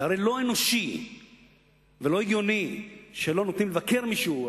הרי זה לא אנושי ולא הגיוני שלא נותנים לבקר מישהו.